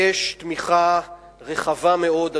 יש תמיכה רחבה מאוד,